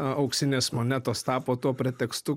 auksinės monetos tapo tuo pretekstu